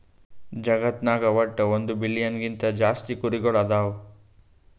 ಜಗತ್ನಾಗ್ ವಟ್ಟ್ ಒಂದ್ ಬಿಲಿಯನ್ ಗಿಂತಾ ಜಾಸ್ತಿ ಕುರಿಗೊಳ್ ಅದಾವ್